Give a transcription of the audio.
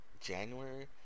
January